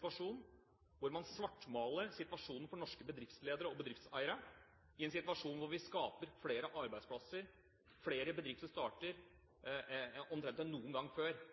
på at man svartmaler situasjonen for norske bedriftsledere og bedriftseiere – i en situasjon hvor vi skaper flere arbeidsplasser, hvor det er flere bedrifter som starter enn noen gang før.